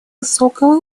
высокого